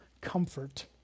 comfort